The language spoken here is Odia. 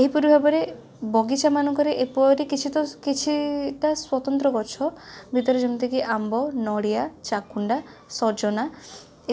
ଏହିପରି ଭାବରେ ବଗିଚା ମାନଙ୍କରେ ଏପରି କିଛି ତ କିଛିଟା ସ୍ବତନ୍ତ୍ର ଗଛ ଭିତରେ ଯେମିତିକି ଆମ୍ବ ନଡ଼ିଆ ଚାକୁଣ୍ଡା ସଜନା